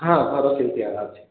ହଁ ଘର ତିନି ଅଛି